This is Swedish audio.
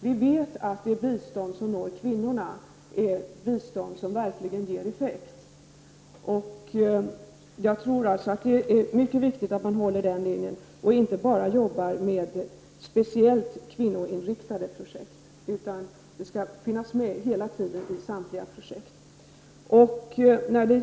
Vi vet att det bistånd som når kvinnorna verkligen ger effekt. Det är därför viktigt att vi arbetar efter den linjen och inte bara har speciellt kvinnoinriktade projekt. Kvinnobiståndet skall hela tiden finnas med i samtliga projekt.